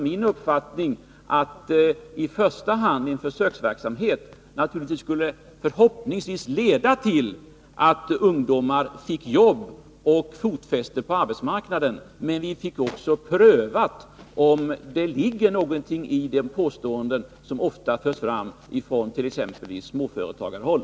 Min uppfattning är alltså att i första hand en försöksverksamhet bör komma till stånd, och naturligtvis skulle den förhoppningsvis leda till att ungdomar fick jobb och fotfäste på arbetsmarknaden. Men vi skulle också få prövat om det ligger något i de påståenden som ofta förs fram t.ex. från småföretagarhåll.